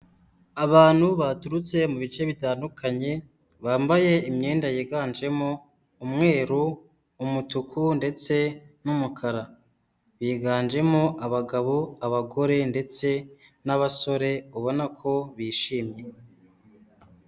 Abantu baturutse mu bice bitandukanye, bambaye imyenda yiganjemo umweru, umutuku ndetse n'umukara. Biganjemo abagabo, abagore ndetse n'abasore ubona ko bishimye.